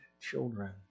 children